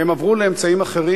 והם עברו לאמצעים אחרים,